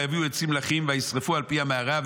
והביאו עצים לחים וישרפו על פי המערה,